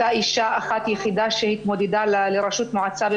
הייתה אישה אחת ויחידה שהתמודדה על ראשות מועצה,